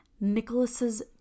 Nicholas's